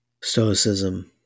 Stoicism